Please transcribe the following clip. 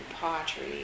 pottery